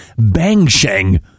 Bangsheng